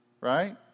Right